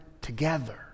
together